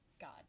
God